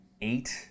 eight